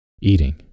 eating